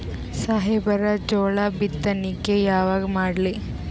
ಸಾಹೇಬರ ಜೋಳ ಬಿತ್ತಣಿಕಿ ಯಾವಾಗ ಮಾಡ್ಲಿ?